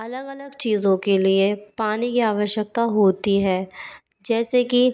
अलग अलग चीज़ों के लिए पानी की आवश्यकता होती है जैसे कि